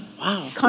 wow